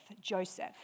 Joseph